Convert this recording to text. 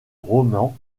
roman